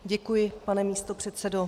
Děkuji, pane místopředsedo.